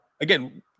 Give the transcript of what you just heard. again